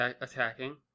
attacking